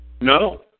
No